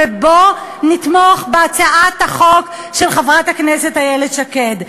ובוא נתמוך בהצעת החוק של חברת הכנסת איילת שקד.